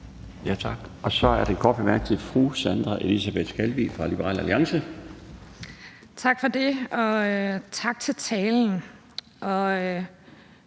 Tak for ordet. Og tak til de